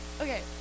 Okay